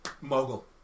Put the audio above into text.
Mogul